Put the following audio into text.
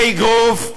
באגרוף,